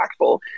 impactful